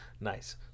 Nice